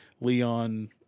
Leon